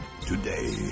today